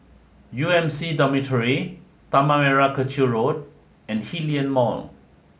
U M C Dormitory Tanah Merah Kechil Road and Hillion Mall